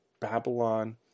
Babylon